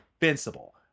Invincible